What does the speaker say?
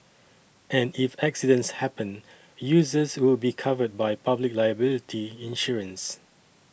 and if accidents happen users will be covered by public liability insurance